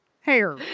hair